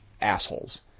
assholes